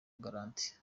garanti